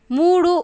మూడు